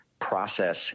process